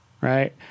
right